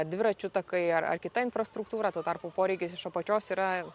dviračių takai ar kita infrastruktūra tuo tarpu poreikis iš apačios yra